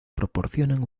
proporcionan